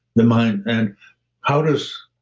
the mind. and how does,